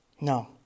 No